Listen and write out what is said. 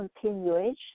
continuation